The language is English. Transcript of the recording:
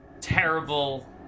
Terrible